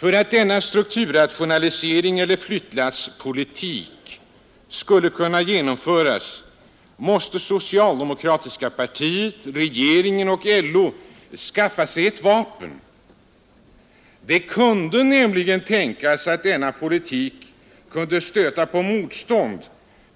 För att denna strukturrationalisering eller flyttlasspolitik skulle kunna genomföras måste det socialdemokratiska partiet, regeringen och LO skaffa sig ett vapen. Det kunde nämligen tänkas att denna politik stötte på motstånd,